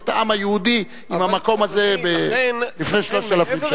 את העם היהודי למקום הזה לפני 3,000 שנה.